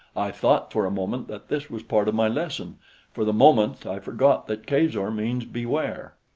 i thought for a moment that this was part of my lesson for the moment i forgot that kazor means beware.